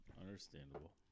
understandable